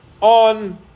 On